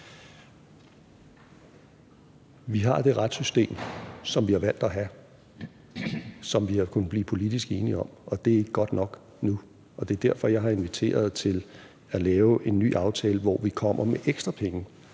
Vi har det retssystem, som vi har valgt at have, og som vi har kunnet blive politisk enige om. Og det er ikke godt nok nu. Det er derfor, jeg har inviteret til at lave en ny aftale, hvor vi kommer med ekstra penge